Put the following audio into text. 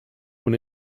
und